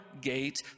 gate